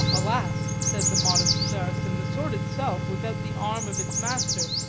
alas, said the modest saracen, the sword itself, without the arm of its master,